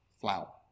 flour